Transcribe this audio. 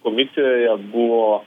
komisijoje buvo